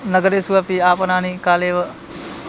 नगरेषु अपि आपणानि काले एव